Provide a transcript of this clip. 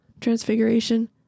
transfiguration